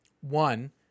One